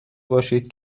باشید